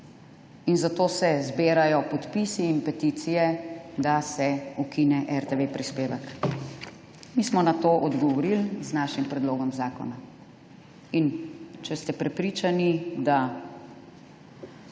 in zato se zbirajo podpisi in peticije, da se ukine RTV prispevek. Mi smo na to odgovorili z našim predlogom zakona. In če ste prepričani, da